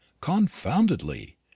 confoundedly